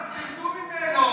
חלאס, תרדו ממנו.